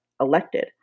elected